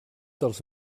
dels